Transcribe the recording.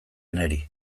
niri